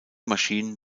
maschinen